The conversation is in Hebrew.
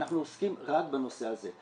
אנחנו עוסקים רק בנושא הזה,